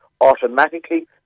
automatically